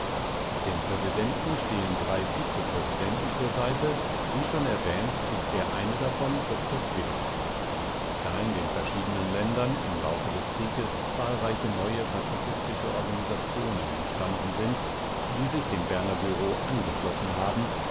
dem präsidenten stehen drei vizepräsidenten zur seite wie schon erwähnt ist der eine davon dr quidde da in den verschiedenen ländern im laufe des krieges zahlreiche neue pazifistische organisationen entstanden sind die sich dem berner bureau angeschlossen haben